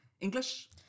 English